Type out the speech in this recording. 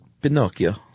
Pinocchio